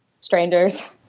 strangers